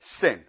sin